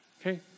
Okay